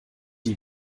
die